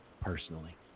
personally